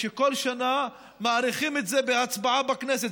שכל שנה מאריכים את זה בהצבעה בכנסת.